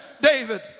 David